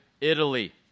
Italy